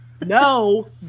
no